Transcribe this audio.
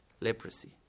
leprosy